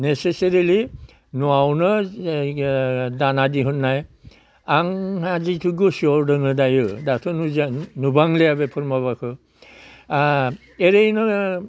necessarily न'आव दाना दिहुननाय आंहा जिथु गोसोआव दोङो दायो दाथ' मोजां नुबांलिया बेफोर माबाखौ एरैनो